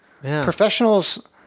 Professionals